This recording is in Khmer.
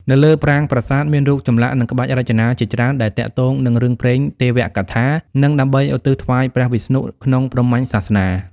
នៅលើប្រាង្គប្រាសាទមានរូបចម្លាក់និងក្បាច់រចនាជាច្រើនដែលទាក់ទងនិងរឿងព្រេងទេវកថានិងដើម្បីឧទ្ទិសថ្វាយព្រះវិស្ណុ ក្នុងព្រហ្មញ្ញសាសនា។